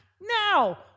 now